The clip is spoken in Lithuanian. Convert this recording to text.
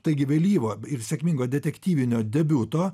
taigi vėlyvo ir sėkmingo detektyvinio debiuto